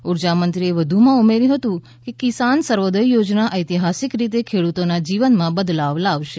ઉજાર્મંત્રીશ્રીએ વધુમાં ઉમેર્યુ હતું કે કિસાન સૂર્યોદય યોજના ઐતિહાસિક રીતે ખેડૂતોના જીવનમાં બદલાવ લાવશે